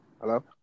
Hello